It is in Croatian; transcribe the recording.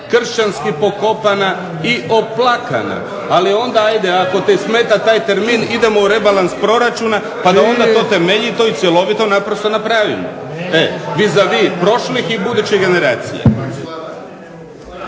kršćanski pokopana i oplakana. Ali onda ajde ako te smeta taj termin idemo u rebalans proračuna pa da onda to temeljito i cjelovito naprosto napravimo vis a vis prošlih i budućih generacija.